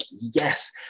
yes